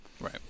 Right